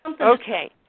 Okay